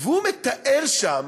והוא מתאר שם,